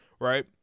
Right